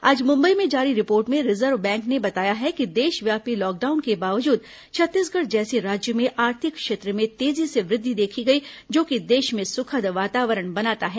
आज मुंबई में जारी रिपोर्ट में रिजर्व बैंक ने बताया है कि देशव्यापी लॉकडाउन के बावजूद छत्तीसगढ़ जैसे राज्य में आर्थिक क्षेत्र में तेजी से वृद्धि देखी गई जो कि देश में सुखद वातावरण बनाता है